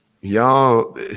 y'all